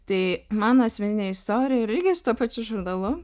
tai mano asmeninė istorija yra irgi su tuo pačiu žurnalu